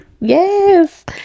Yes